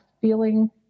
feeling